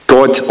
God